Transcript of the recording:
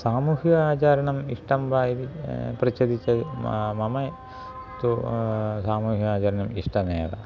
सामूहिक आचारणम् इष्टं वा इति पृच्छति चेत् मम तु सामूहिक आचरणम् इष्टमेव